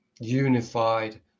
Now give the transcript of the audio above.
unified